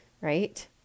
right